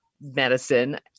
medicine